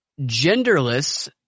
genderless